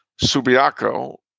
Subiaco